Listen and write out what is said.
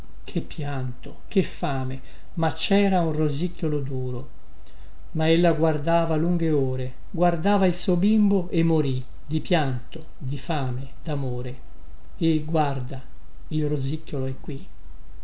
che pianto che fame ma cera un rosicchiolo duro ma ella guardava lunghe ore guardava il suo bimbo e morì di pianto di fame damore e guarda il rosicchiolo è qui